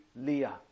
Leah